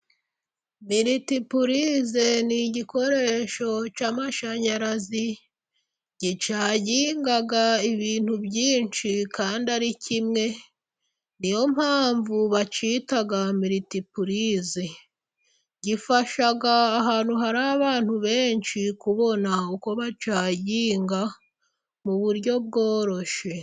Militipurize ni igikoresho cy'amashanyarazi gicaginga ibintu byinshi kandi ari kimwe, niyo mpamvu bacyita mulitipulize. Gifasha ahantu hari abantu benshi kubona uko bacaginga mu buryo bworoshye.